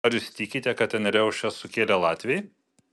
ar jūs tikite kad ten riaušes sukėlė latviai